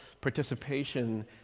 participation